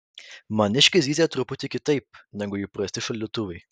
maniškis zyzia truputį kitaip negu įprasti šaldytuvai